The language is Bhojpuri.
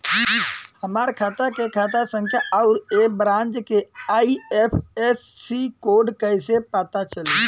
हमार खाता के खाता संख्या आउर ए ब्रांच के आई.एफ.एस.सी कोड कैसे पता चली?